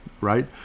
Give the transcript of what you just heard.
right